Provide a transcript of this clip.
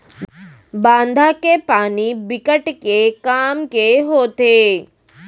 बांधा के पानी बिकट के काम के होथे